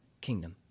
kingdom